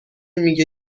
میگه